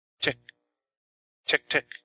Tick-tick-tick